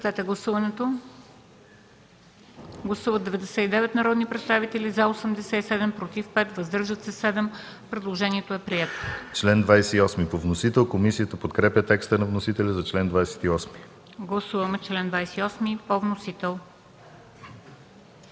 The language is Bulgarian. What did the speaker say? Гласуваме чл. 28 по вносител.